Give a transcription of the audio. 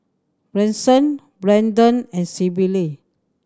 Bryson Branden and Syble